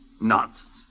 Nonsense